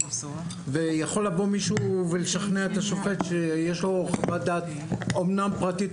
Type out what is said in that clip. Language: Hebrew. יכול לבוא מישהו ולשכנע את השופט שיש לו חוות דעת אמנם פרטית,